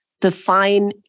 define